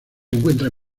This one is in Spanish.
encuentra